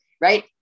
Right